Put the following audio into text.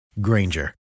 Granger